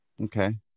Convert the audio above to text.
Okay